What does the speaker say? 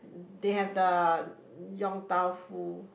they have the Yong-Tau-Foo